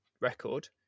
record